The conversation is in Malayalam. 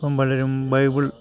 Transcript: ഇപ്പോള് പലരും ബൈബിൾ